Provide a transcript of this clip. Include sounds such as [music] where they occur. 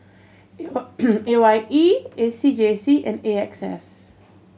A Y [noise] A Y E A C J C and A X S